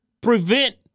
prevent